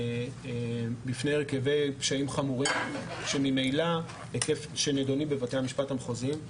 בפני הרכבי פשעים חמורים שנדונים בבתי המשפט המחוזיים.